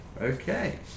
okay